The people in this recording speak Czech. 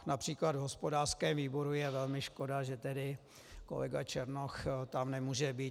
Například v hospodářském výboru je velmi škoda, že kolega Černoch tam nemůže být.